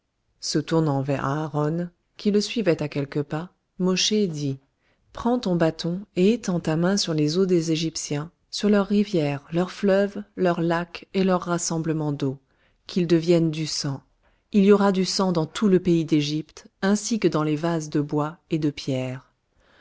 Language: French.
se tournant vers aharon qui le suivait à quelques pas mosché dit prends ton bâton et étends la main sur les eaux des égyptiens sur leurs rivières leurs fleuves leurs lacs et leurs rassemblements d'eau qu'ils deviennent du sang il y aura du sang dans tout le pays d'égypte ainsi que dans les vases de bois et de pierre